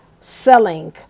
selling